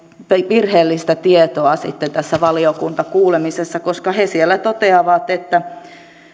virheellistä tietoa tässä valiokuntakuulemisessa he toteavat